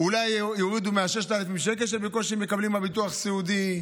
אולי יורידו מה-6,000 שקל שהם בקושי מקבלים מהביטוח הסיעודי,